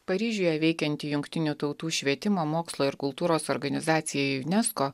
paryžiuje veikianti jungtinių tautų švietimo mokslo ir kultūros organizacija unesco